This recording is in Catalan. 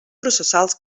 processals